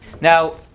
Now